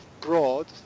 broad